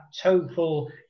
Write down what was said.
total